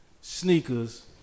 sneakers